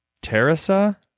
Teresa